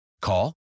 Call